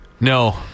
No